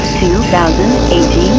2018